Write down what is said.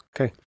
Okay